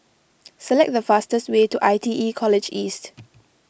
select the fastest way to I T E College East